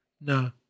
No